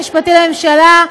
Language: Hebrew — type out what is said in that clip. גם אני אני יודעת שגם ראש הממשלה,